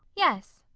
yes.